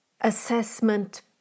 assessment